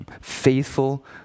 faithful